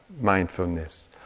mindfulness